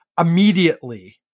immediately